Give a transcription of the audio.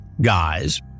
guys